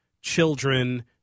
children